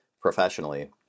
professionally